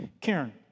Karen